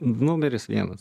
numeris vienas